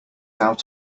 out